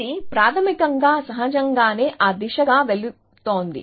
ఇది ప్రాథమికంగా సహజంగానే ఆ దిశగా వెళుతోంది